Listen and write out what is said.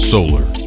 Solar